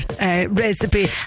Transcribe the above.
recipe